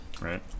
right